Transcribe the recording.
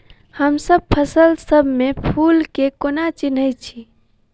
हमसब फसल सब मे फूल केँ कोना चिन्है छी?